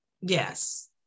Yes